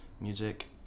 music